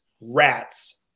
rats